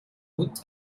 hund